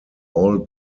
all